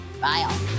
Bye